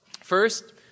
First